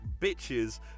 bitches